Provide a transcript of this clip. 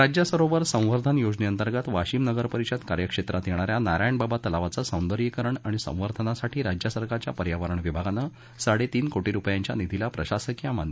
राज्य सरोवर संवर्धन योजनेंतर्गत वाशिम नगर परिषद कार्यक्षेत्रात येणाऱ्या नारायणबाबा तलावाच सौंदर्यीकरण आणि संवर्धनासाठी राज्य सरकारच्या पर्यावरण विभागानं साडेतीन कोटी रुपयांच्या निधीला प्रशासकीय मान्यता दिली आहे